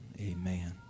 amen